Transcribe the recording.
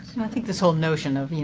so i think this whole notion of, you